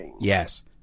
Yes